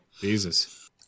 Jesus